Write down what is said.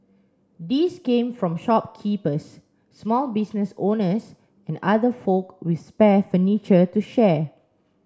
these came from shopkeepers small business owners and other folk with spare furniture to share